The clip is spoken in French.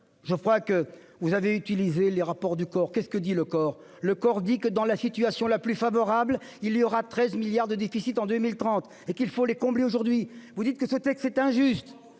Je crois que vous avez utilisé les rapports du COR qu'est ce que dit le corps le corps dit que dans la situation la plus favorable, il y aura 13 milliards de déficit en 2030 et qu'il faut les combler. Aujourd'hui vous dites que ce texte est injuste.